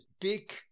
big